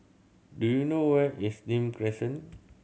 do you know where is Nim Crescent